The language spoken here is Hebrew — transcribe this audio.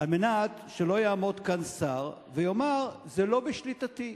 כדי שלא יעמוד כאן שר ויאמר: זה לא בשליטתי,